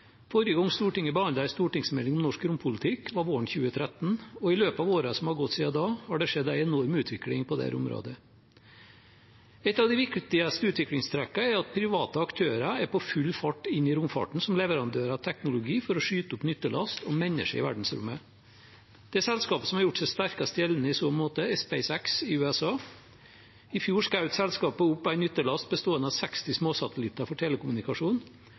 Forrige gang Stortinget behandlet en stortingsmelding om norsk rompolitikk, var våren 2013. I løpet av årene som har gått siden da, har det skjedd en enorm utvikling på dette området. Et av de viktigste utviklingstrekkene er at private aktører er på full fart inn i romfarten som leverandører av teknologi for å skyte opp nyttelast og mennesker i verdensrommet. Det selskapet som har gjort seg sterkest gjeldende i så måte, er SpaceX i USA. I fjor skjøt selskapet opp en nyttelast bestående av 60 småsatellitter for telekommunikasjon,